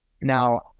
Now